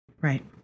right